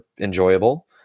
enjoyable